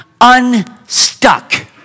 unstuck